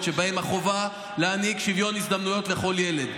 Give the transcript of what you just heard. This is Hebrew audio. שבהם החובה להעניק שוויון הזדמנויות לכל ילד.